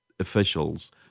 Officials